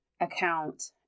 account